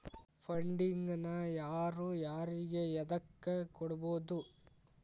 Funding ನ ಯಾರು ಯಾರಿಗೆ ಎದಕ್ಕ್ ಕೊಡ್ಬೊದು?